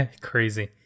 crazy